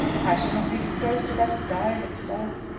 i shall not be disposed to let it die of itself.